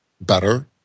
better